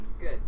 Good